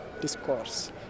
discourse